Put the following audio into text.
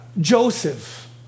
Joseph